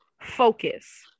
focus